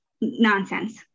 nonsense